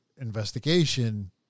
investigation